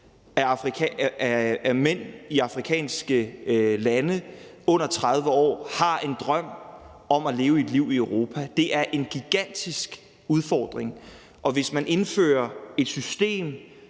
af mænd i afrikanske lande under 30 år har en drøm om at leve et liv i Europa. Det er en gigantisk udfordring, og hvis man indfører et system,